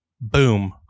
Boom